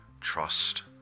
trust